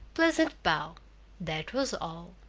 pleasant bow that was all.